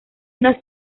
una